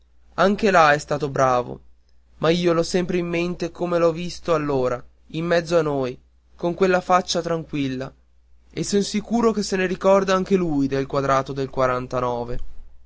anche là è stato bravo ma io l'ho sempre in mente come l'ho visto allora in mezzo a noi con quella faccia tranquilla e son sicuro che se ne ricorda anche lui del quarto del